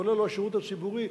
כולל השירות הציבורי,